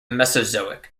mesozoic